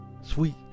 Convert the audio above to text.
sweet